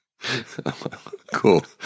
Cool